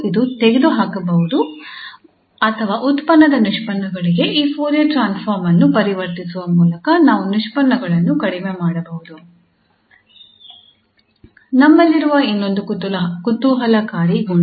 ಇದು ತೆಗೆದುಹಾಕಬಹುದು ಅಥವಾ ಉತ್ಪನ್ನದ ನಿಷ್ಪನ್ನಗಳಿಗೆ ಈ ಫೋರಿಯರ್ ಟ್ರಾನ್ಸ್ಫಾರ್ಮ್ ಅನ್ನು ಪರಿವರ್ತಿಸುವ ಮೂಲಕ ನಾವು ನಿಷ್ಪನ್ನಗಳನ್ನು ಕಡಿಮೆ ಮಾಡಬಹುದು ನಮ್ಮಲ್ಲಿರುವ ಇನ್ನೊಂದು ಕುತೂಹಲಕಾರಿ ಗುಣ